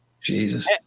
Jesus